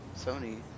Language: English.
Sony